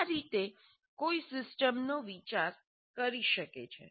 આ રીતે કોઈ સિસ્ટમનો વિચાર કરી શકે છે